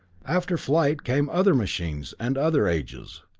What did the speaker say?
after flight came other machines and other ages.